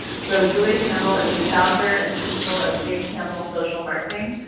so julia campbell is the founder and principal of j campbell social marketing.